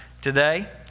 today